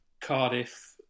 Cardiff